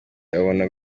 abona